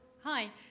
Hi